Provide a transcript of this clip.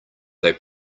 they